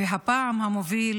והפעם המוביל